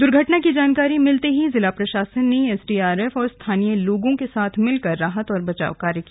दुर्घटना की जानकारी मिलते ही जिला प्रशासन ने एसडीआरएफ और स्थानीय लोगों के साथ मिलकर राहत और बचाव कार्य किया